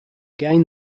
gain